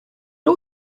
all